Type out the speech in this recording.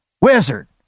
Wizard